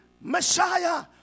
Messiah